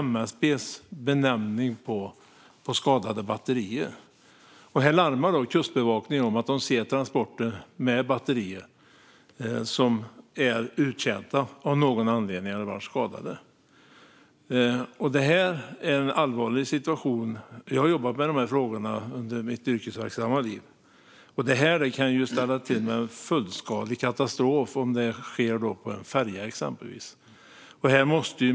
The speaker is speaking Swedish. Kustbevakningen larmar som sagt om att de ser transporter med batterier som av någon anledning är uttjänta eller skadade. Det är en allvarlig situation. Jag har jobbat med frågorna under mitt yrkesverksamma liv. Det här kan ställa till med en fullskalig katastrof om det exempelvis sker på en färja.